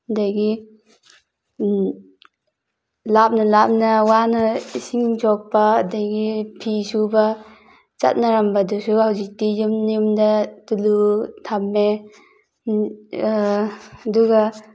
ꯑꯗꯒꯤ ꯂꯥꯞꯅ ꯂꯥꯞꯅ ꯋꯥꯅ ꯏꯁꯤꯡ ꯁꯣꯛꯄ ꯑꯗꯒꯤ ꯐꯤ ꯁꯨꯕ ꯆꯠꯅꯔꯝꯕꯗꯨꯁꯨ ꯍꯧꯖꯤꯛꯇꯤ ꯌꯨꯝ ꯌꯨꯝꯗ ꯇꯨꯂꯨ ꯊꯝꯃꯦ ꯑꯗꯨꯒ